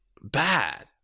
bad